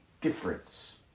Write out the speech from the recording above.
difference